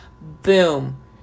Boom